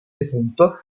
defunto